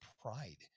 pride